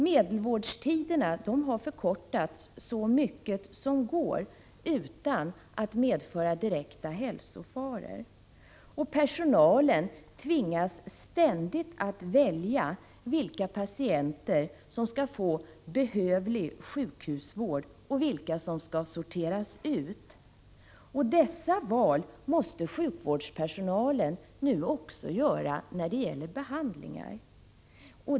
Genomsnittsvårdtiderna har förkortats så mycket som det går utan att det medför direkta hälsofaror. Personalen tvingas ständigt att välja vilka patienter som skall få behövlig sjukhusvård och vilka som skall sorteras ut. Dessa val måste sjukvårdspersonalen nu också göra när det gäller behandlingar.